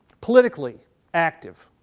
politically active.